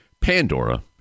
Pandora